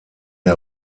der